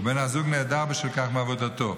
ובן הזוג נעדר בשל כך מעבודתו.